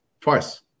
twice